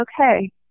okay